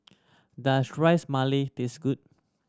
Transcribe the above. does Ras Malai taste good